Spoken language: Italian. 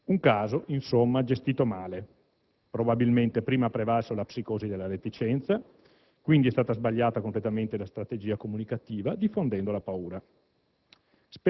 Un caso, insomma, gestito male: probabilmente prima ha prevalso la psicosi della reticenza, quindi è stata sbagliata completamente la strategia comunicativa, diffondendo la paura.